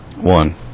One